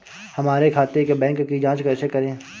हमारे खाते के बैंक की जाँच कैसे करें?